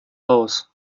raus